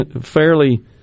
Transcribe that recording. fairly